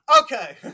Okay